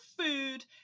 food